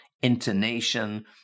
intonation